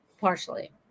Partially